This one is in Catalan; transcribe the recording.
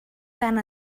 tant